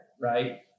Right